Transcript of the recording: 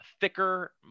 thicker